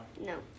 No